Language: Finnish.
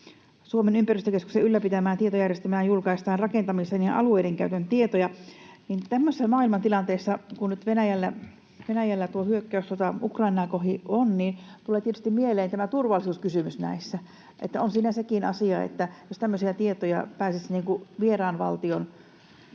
Suomen ympäristökeskuksen ylläpitämään tietojärjestelmään julkaistaan rakentamisen ja alueiden käytön tietoja. Tämmöisessä maailmantilanteessa, kun nyt Venäjällä tuo hyök-käyssota Ukrainaa kohti on, tulee tietysti mieleen turvallisuuskysymys näissä. On siinä sekin asia, että jos vieras valtio